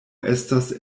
estas